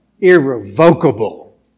irrevocable